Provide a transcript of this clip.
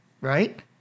right